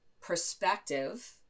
perspective